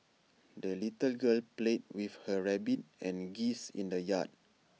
the little girl played with her rabbit and geese in the yard